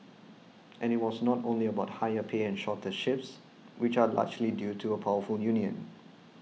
and it was not only about higher pay and shorter shifts which are largely due to a powerful union